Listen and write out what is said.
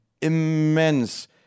immense